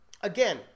again